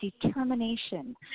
determination